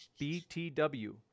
BTW